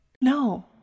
No